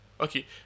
Okay